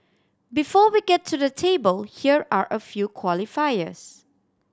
before we get to the table here are a few qualifiers